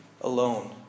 alone